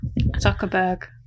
Zuckerberg